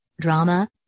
Drama